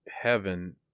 heaven